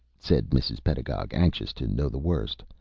said mrs. pedagog, anxious to know the worst,